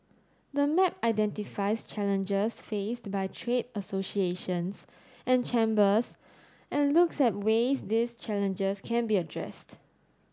the map identifies challenges faced by trade associations and chambers and looks at ways these challenges can be addressed